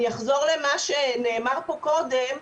אני אחזור למה שנאמר פה קודם.